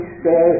stay